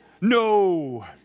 No